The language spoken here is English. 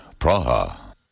Praha